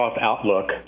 Outlook